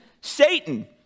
Satan